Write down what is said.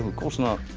ah course not.